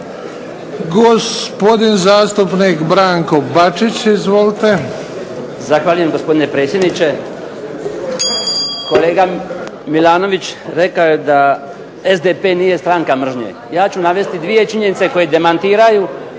Gospodin zastupnik Branko Bačić. Izvolite. **Bačić, Branko (HDZ)** Zahvaljujem gospodine predsjedniče. Kolega Milanović rekao je da SDP nije stranka mržnje. Ja ću navesti dvije činjenice koje demantiraju